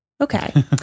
Okay